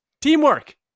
Teamwork